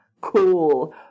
cool